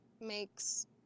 makes